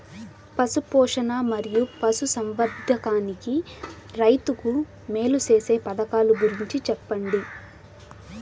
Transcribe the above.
పశు పోషణ మరియు పశు సంవర్థకానికి రైతుకు మేలు సేసే పథకాలు గురించి చెప్పండి?